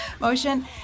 motion